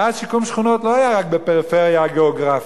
ואז שיקום שכונות לא היה רק בפריפריה הגיאוגרפית.